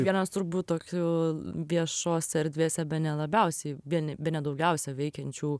vienas turbūt tokių viešose erdvėse bene labiausiai vieni bene daugiausia veikiančių